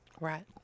Right